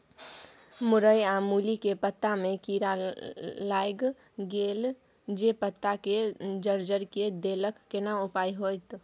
मूरई आ मूली के पत्ता में कीरा लाईग गेल जे पत्ता के जर्जर के देलक केना उपाय होतय?